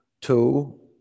two